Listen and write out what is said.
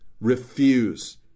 refuse